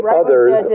others